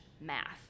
math